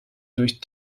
durch